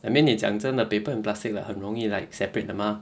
I mean 你讲真的 paper and plastic like 很容易 like separate 的吗